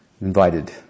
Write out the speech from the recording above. invited